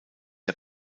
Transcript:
der